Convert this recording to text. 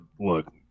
look